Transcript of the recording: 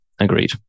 Agreed